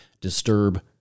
disturb